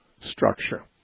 structure